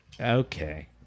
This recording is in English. Okay